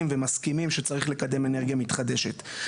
ומסכימים שצריך לקדם אנרגיה מתחדשת.